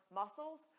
muscles